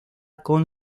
con